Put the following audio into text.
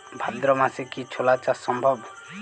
ভাদ্র মাসে কি ছোলা চাষ সম্ভব?